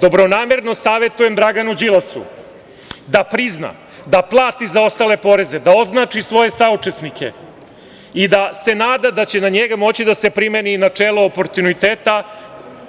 Dobronamerno savetujem Draganu Đilasu da prizna, da plati zaostale poreze, da označi svoje saučesnike i da se nada da će na njega moći da se primeni načelo oportuniteta